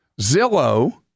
Zillow